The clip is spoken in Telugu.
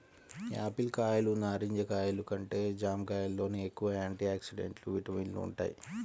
యాపిల్ కాయలు, నారింజ కాయలు కంటే జాంకాయల్లోనే ఎక్కువ యాంటీ ఆక్సిడెంట్లు, విటమిన్లు వుంటయ్